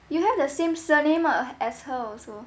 you have the same surname ah as her also